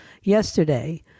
yesterday